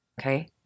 Okay